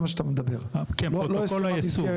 כן, פרוטוקול היישום.